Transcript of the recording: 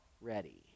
ready